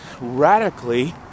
radically